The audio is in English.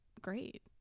great